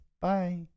Bye